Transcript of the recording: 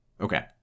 Okay